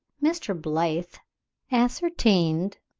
mr. blyth ascertained,